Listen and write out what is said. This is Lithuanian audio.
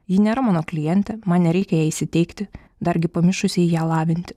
ji nėra mano klientė man nereikia jai įsiteikti dargi pamišusiai ją lavinti